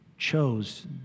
chose